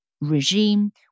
regime